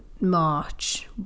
march